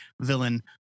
villain